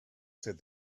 said